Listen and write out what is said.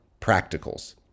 practicals